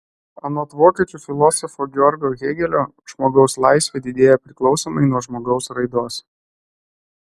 anot vokiečių filosofo georgo hėgelio žmogaus laisvė didėja priklausomai nuo žmogaus raidos